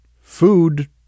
Food